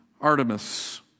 Artemis